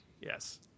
yes